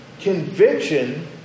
Conviction